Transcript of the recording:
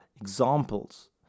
examples